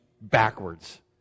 backwards